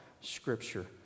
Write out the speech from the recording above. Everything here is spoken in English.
Scripture